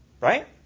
Right